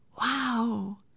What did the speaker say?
Wow